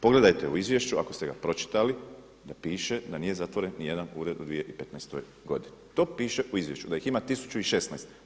Pogledajte u izvješću ako ste ga pročitali da piše da nije zatvoren nijedan ured u 2015. godini, to piše u izvješću, da ih ima 1016.